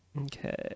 okay